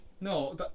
No